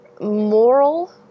moral